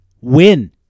win